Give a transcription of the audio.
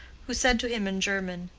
who said to him in german,